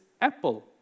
Apple